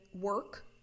work